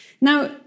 Now